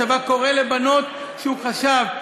הצבא קורא לבנות שהוא חשב,